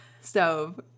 Stove